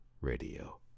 Radio